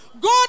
God